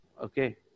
Okay